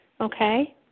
okay